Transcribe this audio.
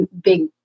big